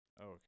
Okay